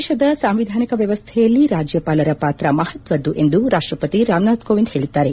ದೇಶದ ಸಾಂವಿಧಾನಿಕ ವ್ಯವಸ್ನೆಯಲ್ಲಿ ರಾಜ್ಯಪಾಲರ ಪಾತ್ರ ಮಹತ್ವದ್ದು ಎಂದು ರಾಷ್ಷಪತಿ ರಾಮನಾಥ್ ಕೋವಿಂದ್ ಹೇಳದ್ದಾರೆ